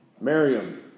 Miriam